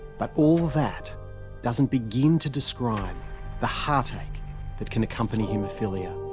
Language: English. but all that doesn't begin to describe the heartache that can accompany haemophilia.